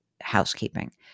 housekeeping